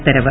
ഉത്തരവ്